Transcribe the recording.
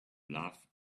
love